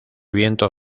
viento